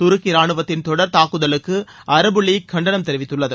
தருக்கி ரானுவத்தின் தொடர் தாக்குதலுக்கு அரபு லீக் கண்டனம் தெரிவித்துள்ளது